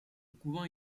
couvent